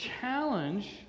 challenge